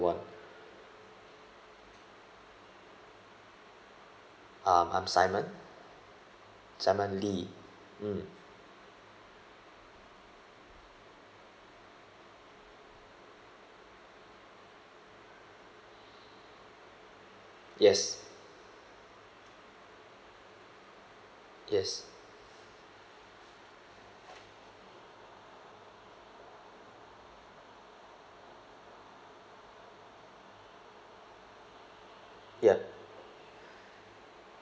um I'm simon simon lee mm yes yes yup